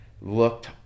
Looked